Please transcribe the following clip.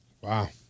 Wow